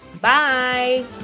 Bye